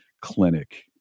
clinic